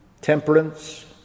temperance